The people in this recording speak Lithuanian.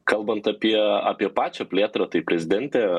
kalbant apie apie pačią plėtrą tai prezidentė